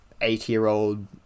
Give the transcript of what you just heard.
eight-year-old